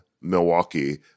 Milwaukee